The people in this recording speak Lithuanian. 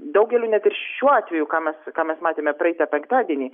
daugeliui net ir šiuo atveju ką mes ką mes matėme praeitą penktadienį